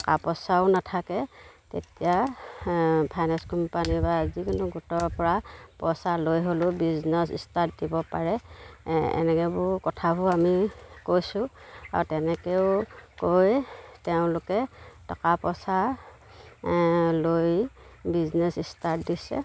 টকা পইচাও নাথাকে তেতিয়া ফাইনেন্স কোম্পানীৰপৰা যিকোনো গোটৰপৰা পইচা লৈ হ'লেও বিজনেছ ষ্টাৰ্ট দিব পাৰে এনেকুৱাবোৰ কথাবোৰ আমি কৈছোঁ আৰু তেনেকৈও কৈ তেওঁলোকে টকা পইচা লৈ বিজনেছ ষ্টাৰ্ট দিছে